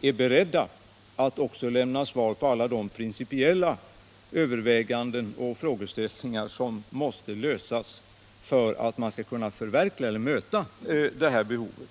är beredda att också ge besked när det gäller alla de principiella överväganden och frågeställningar som måste lösas för att man skall kunna möta behovet.